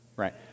right